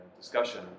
discussion